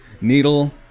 needle